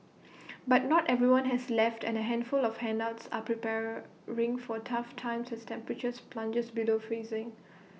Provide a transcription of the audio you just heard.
but not everyone has left and A handful of holdouts are preparing for tough times as temperatures plunge below freezing